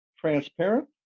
transparent